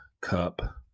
Cup